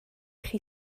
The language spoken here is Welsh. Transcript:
chi